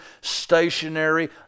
stationary